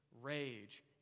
rage